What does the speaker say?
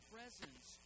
Presence